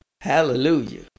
hallelujah